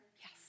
Yes